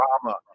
drama